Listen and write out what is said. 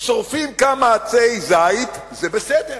שורפים כמה עצי זית, זה בסדר,